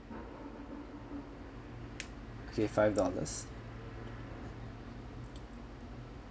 okay five dollars